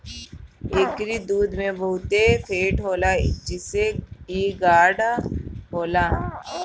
एकरी दूध में बहुते फैट होला जेसे इ गाढ़ होला